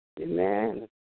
Amen